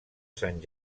sant